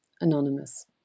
anonymous